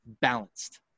balanced